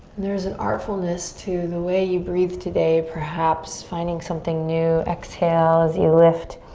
there's an artfulness to the way you breathe today. perhaps finding something new. exhale as you lift.